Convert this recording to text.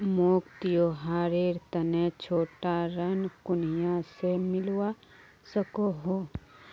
मोक त्योहारेर तने छोटा ऋण कुनियाँ से मिलवा सको हो?